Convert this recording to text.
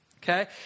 Okay